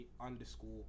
underscore